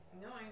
No